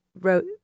wrote